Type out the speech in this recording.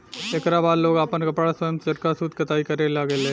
एकरा बाद लोग आपन कपड़ा स्वयं चरखा सूत कताई करे लगले